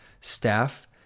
staff